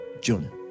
June